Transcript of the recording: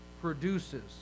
produces